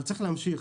אבל צריך להמשיך.